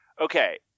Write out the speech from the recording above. okay